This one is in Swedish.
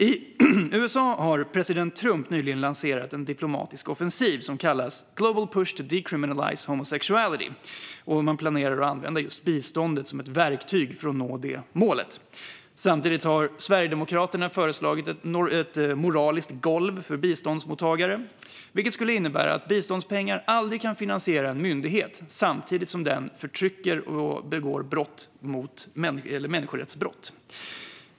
I USA har president Trump nyligen lanserat en diplomatisk offensiv som kallas global pushed decriminalized homosexuality om hur man planerar att använda just biståndet som ett verktyg för att nå detta mål. Samtidigt har Sverigedemokraterna föreslagit ett moraliskt golv för biståndsmottagare, vilket skulle innebära att biståndspengar aldrig kan finansiera en myndighet samtidigt som den förtrycker och begår människorättsbrott.